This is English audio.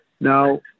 Now